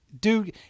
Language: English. Dude